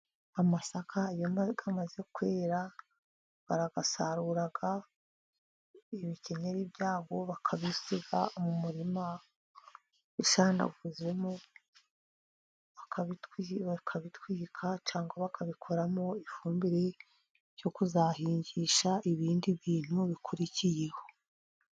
Amasaka iyo amaze kwera barayasarura ibikenyeri byayo bakabisiga mu murima, bakabitwika cyangwa bakabikoramo ifumbire yo kuzahingisha ibindi bintu bikurikiyeho.